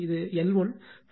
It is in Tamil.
இது எல் 1 2